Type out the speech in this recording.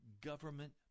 government